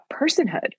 personhood